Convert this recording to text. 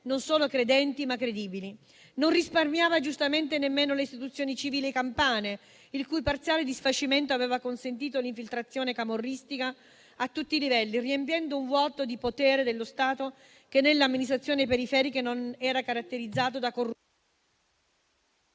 non solo credenti ma credibili. Non risparmiava giustamente nemmeno le istituzioni civili campane, il cui parziale disfacimento aveva consentito l'infiltrazione camorristica a tutti i livelli, riempiendo un vuoto di potere dello Stato che nelle amministrazioni periferiche era caratterizzato da...